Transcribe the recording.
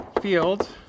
field